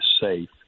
safe